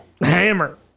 Hammer